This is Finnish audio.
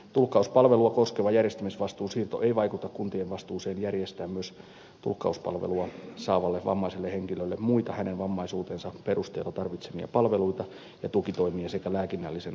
tulkkauspalvelua koskeva järjestämisvastuun siirto ei vaikuta kuntien vastuuseen järjestää myös tulkkauspalvelua saavalle vammaiselle henkilölle muita hänen vammaisuutensa perusteella tarvitsemia palveluita ja tukitoimia sekä lääkinnällisen kuntoutuksen palveluita